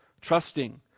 trusting